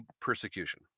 persecution